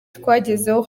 twagezeho